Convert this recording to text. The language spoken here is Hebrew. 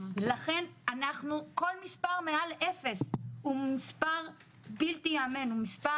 לכן כל מספר מעל אפס הוא מספר מוגזם,